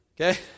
okay